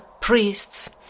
priests